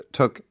took